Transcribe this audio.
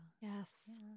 Yes